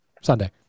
Sunday